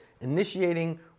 initiating